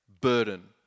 burden